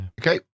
Okay